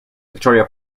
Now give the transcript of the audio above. victoria